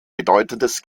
bedeutendes